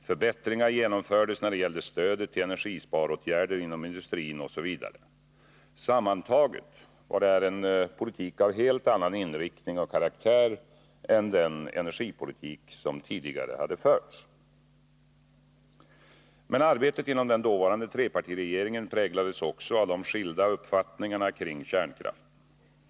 Förbättringar genomfördes när det gällde stödet till energisparåtgärder inom industrin, osv. Sammantaget var detta en politik med en helt annan inriktning och karaktär än den energipolitik som tidigare hade förts. Men arbetet inom den dåvarande trepartiregeringen präglades också av de skilda uppfattningarna kring kärnkraften.